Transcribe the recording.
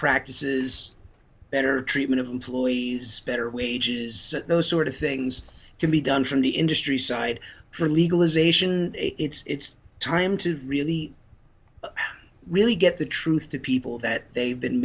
practices better treatment of employees better wages those sort of things can be done from the industry side for legalization it's time to really really get the truth to people that they've been